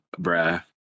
Bruh